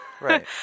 Right